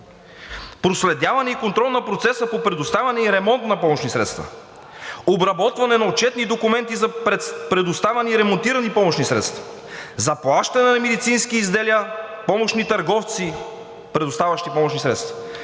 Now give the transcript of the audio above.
проследяване и контрол на процеса по предоставяне и ремонт на помощни средства; обработване на отчетни документи за предоставяне и ремонтирани помощни средства; заплащане на медицински изделия; помощни търговци, предоставящи помощни средства“.